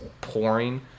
pouring